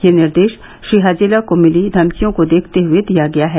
ये निर्देश श्री हजेला को मिली धमकियों को देखते हुए दिया गया है